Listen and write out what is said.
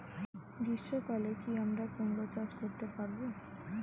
গ্রীষ্ম কালে কি আমরা কুমরো চাষ করতে পারবো?